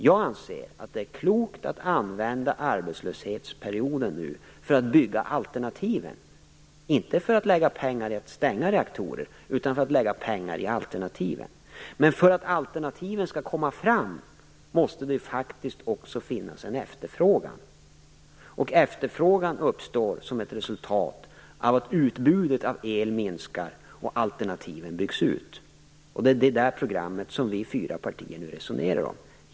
Jag anser att det är klokt att använda den här arbetslöshetsperioden för att bygga alternativen - inte för att lägga pengar i att stänga reaktorer utan för att lägga pengar i alternativen. Men för att alternativen skall komma fram måste det faktiskt också finnas en efterfrågan, och efterfrågan uppstår som ett resultat av att utbudet av el minskar och alternativen byggs ut. Det är det programmet som vi fyra partier nu resonerar om.